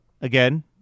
Again